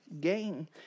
gain